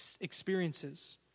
experiences